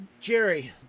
Jerry